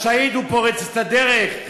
השהיד פורץ את הדרך,